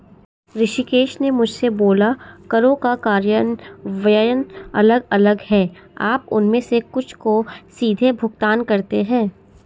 ऋषिकेश ने मुझसे बोला करों का कार्यान्वयन अलग अलग है आप उनमें से कुछ को सीधे भुगतान करते हैं